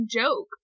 joke